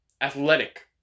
athletic